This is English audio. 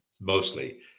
mostly